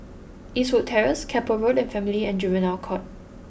Eastwood Terrace Keppel Road and Family and Juvenile Court